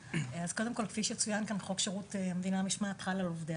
כפי שצוין כאן, חוק שירות המדינה חל על עובדי